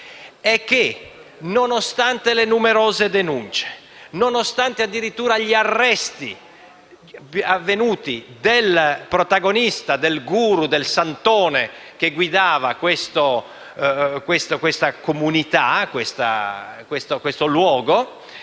è che, nonostante le numerose denunce, nonostante addirittura gli arresti del protagonista, del *guru*, del santone che guidava questa comunità, a tale